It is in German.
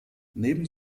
neben